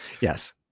Yes